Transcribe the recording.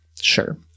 Sure